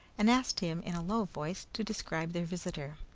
and asked him, in a low voice, to describe their visitor.